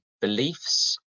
beliefs